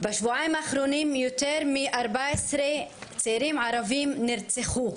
בשבועיים האחרונים יותר מ-14 צעירים ערביים נרצחו,